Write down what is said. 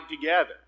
together